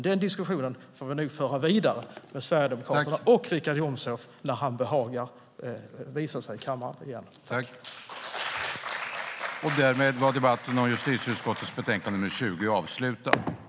Den diskussionen får vi nog föra vidare med Sverigedemokraterna och Richard Jomshof när han behagar visa sig i kammaren igen. I detta anförande instämde Kerstin Haglö, Mattias Jonsson och Elin Lundgren samt Agneta Börjesson .